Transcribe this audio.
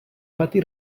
pati